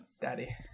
Daddy